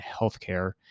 healthcare